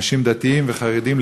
אנשים דתיים וחרדים,